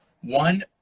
one